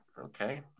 Okay